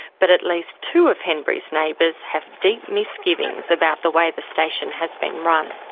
but at least two of henbury's neighbours have deep misgivings about the way the station has been run.